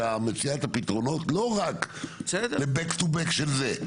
מציאת הפתרונות לא רק ל-back to back של זה.